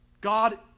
God